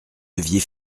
deviez